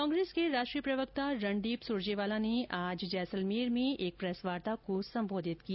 कांग्रेस के राष्ट्रीय प्रवक्ता रणदीप सुरजेवाला ने आज जैसलमेर एक प्रेस वार्ता को संबोधित किया